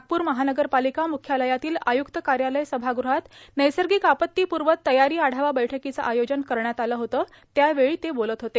नागपूर महानगरपालिका म्ख्यालयातील आय्क्त कार्यालय सभागृहात नैसर्गिक आपत्ती पूर्व तयारी आढावा बैठकीचं आयोजन करण्यात आलं होतं त्यावेळी ते बोलत होते